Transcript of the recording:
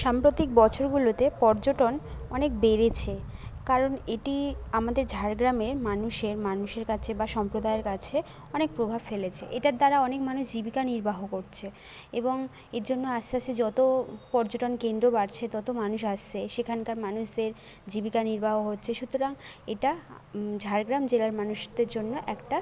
সাম্প্রতিক বছরগুলোতে পর্যটন অনেক বেড়েছে কারণ এটি আমাদের ঝাড়গ্রামের মানুষের মানুষের কাছে বা সম্প্রদায়ের কাছে অনেক প্রভাব ফেলেছে এটার দ্বারা অনেক মানুষ জীবিকা নির্বাহ করছে এবং এর জন্য আস্তে আস্তে যতো পর্যটনকেন্দ্র বাড়ছে ততো মানুষ আসছে সেখানকার মানুষেরদের জীবিকা নির্বাহ হচ্ছে সুতরাং এটা ঝাড়গ্রাম জেলার মানুষদের জন্য একটা